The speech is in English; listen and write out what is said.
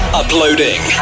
uploading